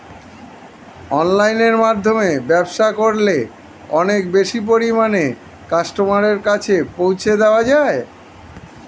অনলাইনের মাধ্যমে ব্যবসা করলে অনেক বেশি পরিমাণে কাস্টমারের কাছে পৌঁছে যাওয়া যায়?